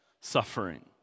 suffering